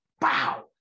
bow